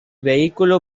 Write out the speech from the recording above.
vehículo